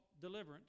deliverance